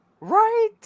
Right